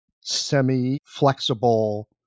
semi-flexible